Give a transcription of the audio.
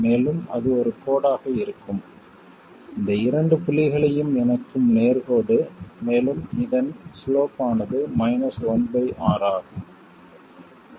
மேலும் அது ஒரு கோடாக இருக்கும் இந்த இரண்டு புள்ளிகளையும் இணைக்கும் நேர் கோடு மேலும் இதன் சிலோப் ஆனது மைனஸ் 1 பை R ஆகும்